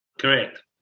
Correct